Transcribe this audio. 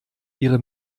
ihre